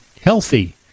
healthy